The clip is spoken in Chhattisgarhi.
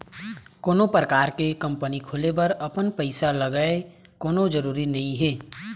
कोनो परकार के कंपनी खोले बर अपन पइसा लगय कोनो जरुरी नइ हे